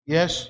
Yes